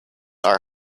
are